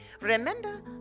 Remember